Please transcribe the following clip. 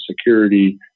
Security